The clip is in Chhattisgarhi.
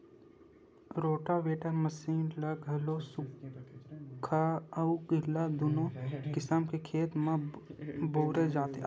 रोटावेटर मसीन ल घलो सुख्खा अउ गिल्ला दूनो किसम के खेत म बउरे जाथे